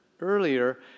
earlier